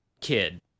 kid